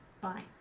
bye